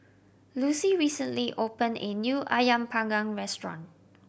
Lucie recently opened a new Ayam Panggang restaurant